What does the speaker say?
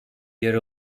yer